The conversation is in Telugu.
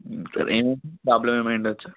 సరే ప్రాబ్లమ్ ఏమి అయి ఉండవచ్చు